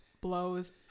blows